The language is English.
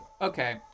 Okay